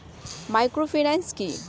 Microfinance কি?